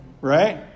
right